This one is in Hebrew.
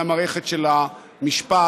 על המערכת של המשפט,